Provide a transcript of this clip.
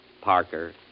Parker